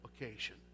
occasion